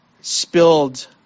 spilled